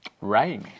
Right